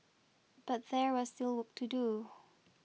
but there was still work to do